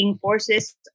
forces